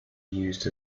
used